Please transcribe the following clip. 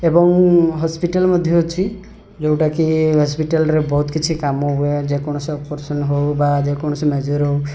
ଏବଂ ହସ୍ପିଟାଲ୍ ମଧ୍ୟ ଅଛି ଯୋଉଟା କି ହସ୍ପିଟାଲ୍ରେ ବହୁତ କିଛି କାମ ହୁଏ ଯେ କୌଣସି ଅପରେସନ୍ ହେଉ ବା ଯେ କୌଣସି ମେଜର୍ ହେଉ